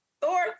Thor